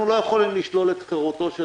אנחנו לא יכולים לשלול את חירותו של